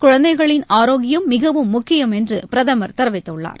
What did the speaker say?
குழந்தைகளின் ஆரோக்கியம் மிகவும் முக்கியம் என்று பிரதமர் தெரிவித்துள்ளார்